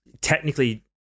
technically